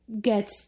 get